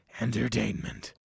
Entertainment